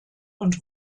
und